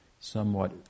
Somewhat